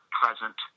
present